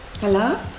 hello